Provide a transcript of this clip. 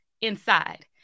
inside